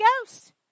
Ghost